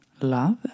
love